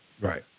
Right